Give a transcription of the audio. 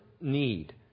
need